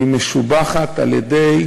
והיא משובחת על-ידי